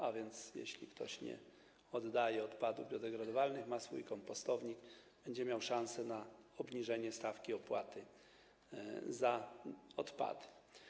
A więc jeśli ktoś nie oddaje odpadów biodegradowalnych, ma swój kompostownik, będzie miał szansę na obniżenie stawki opłaty za odpady.